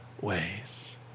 ways